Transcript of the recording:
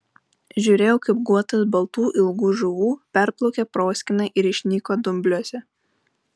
žiūrėjau kaip guotas baltų ilgų žuvų perplaukė proskyną ir išnyko dumbliuose